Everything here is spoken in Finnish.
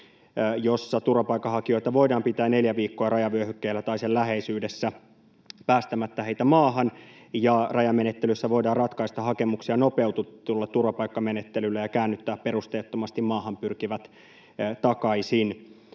jossa turvapaikanhakijoita voidaan pitää neljä viikkoa rajavyöhykkeellä tai sen läheisyydessä päästämättä heitä maahan. Rajamenettelyssä voidaan ratkaista hakemuksia nopeutetulla turvapaikkamenettelyllä ja käännyttää perusteettomasti maahan pyrkivät takaisin.